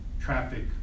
traffic